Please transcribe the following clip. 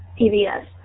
PBS